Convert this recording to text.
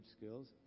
skills